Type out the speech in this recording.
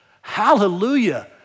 Hallelujah